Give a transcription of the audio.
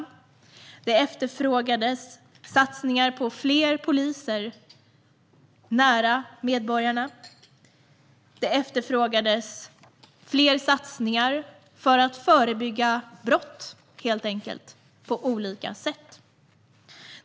Och det efterfrågades satsningar på fler poliser nära medborgarna. Det efterfrågades helt enkelt fler satsningar för att förebygga brott på olika sätt.